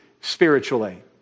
spiritually